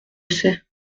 sais